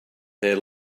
their